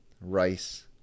rice